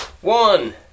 one